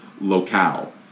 locale